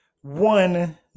one